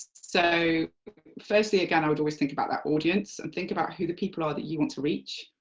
so firstly again i would always think about that audience and think about who the people are that you want to reach,